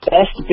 Best